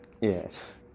Yes